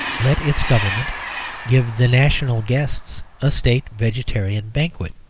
let its government give the national guests a state vegetarian banquet.